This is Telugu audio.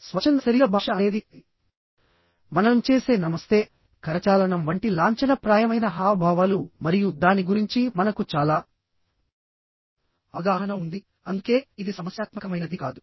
స్వచ్ఛంద శరీర భాష అనేది మనం చేసే నమస్తే కరచాలనం వంటి లాంఛనప్రాయమైన హావభావాలు మరియు దాని గురించి మనకు చాలా అవగాహన ఉంది అందుకే ఇది సమస్యాత్మకమైనది కాదు